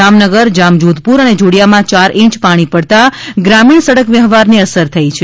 જામનગર જામ જોધપુર અને જોડિયામાં યાર ઇંચ પાણી પડતાં ગ્રામીણ સડક વ્યવહારને અસર થઈ છે